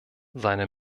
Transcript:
seine